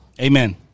Amen